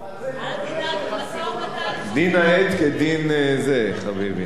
על העט היא מוכנה